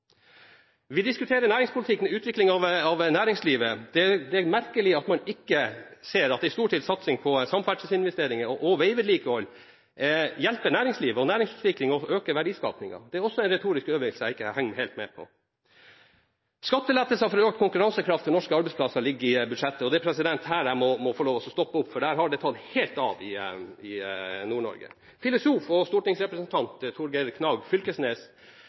Vi diskuterer næringspolitikk og utvikling av næringslivet. Det er merkelig at man ikke ser at en storstilt satsing på samferdselsinvesteringer og veivedlikehold hjelper næringslivet, skaper næringsutvikling og øker verdiskapingen. Det er også en retorisk øvelse jeg ikke helt henger med på. Skatteletter for å øke konkurransekraften til norske arbeidsplasser ligger i budsjettet, og her må jeg få lov til å stoppe opp, for her har det tatt helt av i Nord-Norge. Filosof og stortingsrepresentant Torgeir Knag Fylkesnes